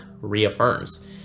reaffirms